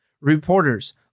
reporters